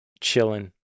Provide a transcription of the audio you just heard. chilling